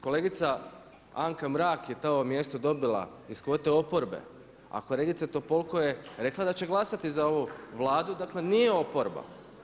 Kolega Anka Mrak je to mjesto dobila iz kvote oporbe, a kolegica Topolko je rekla da će glasati za ovu Vladu dakle nije oporba.